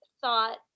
thought